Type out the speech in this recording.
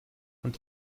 und